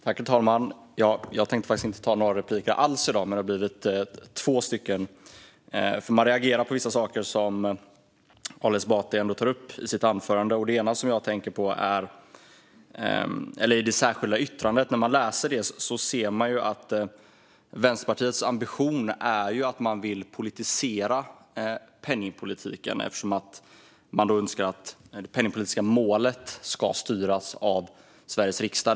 Herr talman! Jag hade inte tänkt ta några repliker alls i dag, men det har blivit två eftersom man reagerar på vissa saker som Ali Esbati tar upp i sitt anförande. Det ena jag tänker på är att man i det särskilda yttrandet ser att Vänsterpartiets ambition är att politisera penningpolitiken eftersom man önskar att de penningpolitiska målen ska styras av Sveriges riksdag.